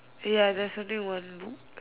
ya there's only one book